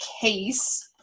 case